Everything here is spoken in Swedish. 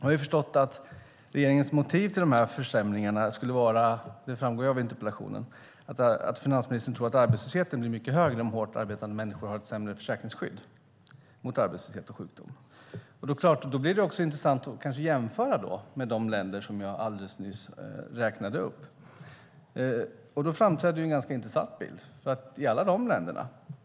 Vi har förstått att regeringens motiv till försämringarna - det framgår av interpellationen - är att finansministern tror att arbetslösheten blir högre än om hårt arbetande människor har ett sämre försäkringsskydd mot arbetslöshet och sjukdom. Då blir det intressant att jämföra med de länder som jag nyss räknade upp. Då framträder en intressant bild.